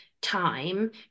time